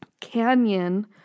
Canyon